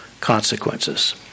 consequences